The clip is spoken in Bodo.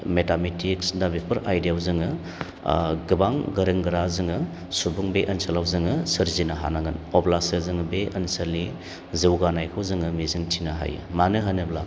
मेथामेटिक्स दा बेफोर आयदायाव जोङो ओ गोबां गोरों गोरा जोङो सुबुं बे ओनसोलाव जोङो सोरजिनो हानांगोन अब्लासो जों बे ओनसोलनि जौगानायखौ जोङो मिजिं थिनो हायो मानो होनोब्ला